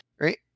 right